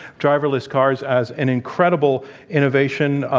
driverless cars as an incredible innovation,